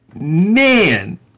man